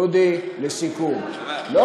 דודי, לסיכום, אני שומע.